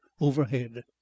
overhead